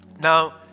Now